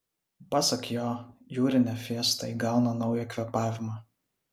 pasak jo jūrinė fiesta įgauna naują kvėpavimą